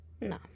No